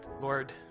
Lord